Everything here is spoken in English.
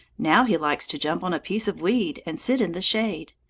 now he likes to jump on a piece of weed and sit in the shade.